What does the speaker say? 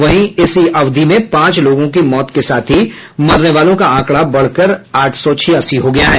वहीं इसी अवधि में पांच लोगों की मौत के साथ ही मरने वालों का आंकड़ा बढ़कर आठ सौ छियासी हो गया है